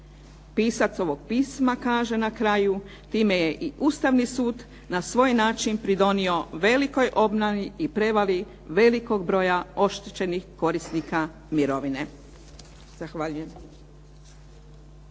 Pisac ovog pisma kaže na kraju, time je i Ustavni sud na svoj način pridonio velikoj obmani i prevari velikog broja oštećenih korisnika mirovine.